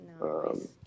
No